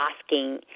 asking